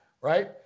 right